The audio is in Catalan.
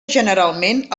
generalment